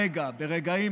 רגע,